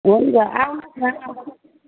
हुन्छ आउनुहोस् न